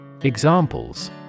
Examples